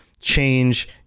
Change